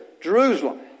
Jerusalem